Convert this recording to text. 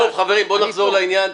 טוב, חברים, בואו נחזור לעניין.